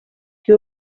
que